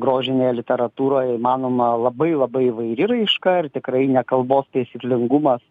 grožinėje literatūroj įmanoma labai labai įvairi raiška ir tikrai ne kalbos taisyklingumas